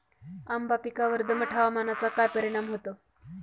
आंबा पिकावर दमट हवामानाचा काय परिणाम होतो?